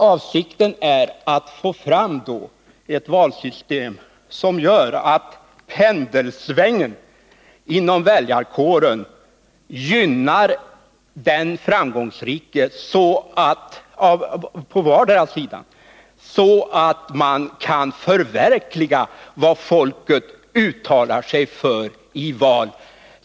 Avsikten är att få fram ett valsystem som gör att pendelsvängen inom väljarkåren skall gynna den framgångsrike — på vilken sida det vara må — så att man kan förverkliga vad folket uttalar sig för i val.